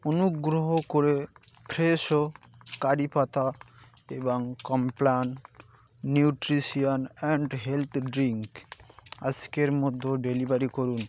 অনুগ্রহ করে Fresho curry পাতা এবং Complan nutrition and health drink আজকের মধ্যে ডেলিভারি করুন